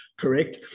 Correct